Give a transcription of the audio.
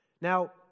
Now